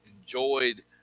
enjoyed